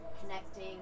connecting